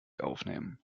aufnehmen